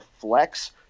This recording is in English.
flex